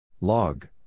log